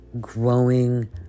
growing